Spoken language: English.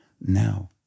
Now